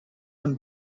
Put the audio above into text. them